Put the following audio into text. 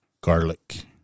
Garlic